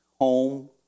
home